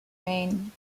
mayne